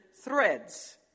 threads